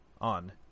on